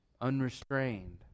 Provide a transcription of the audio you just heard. unrestrained